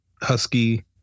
Husky